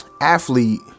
Athlete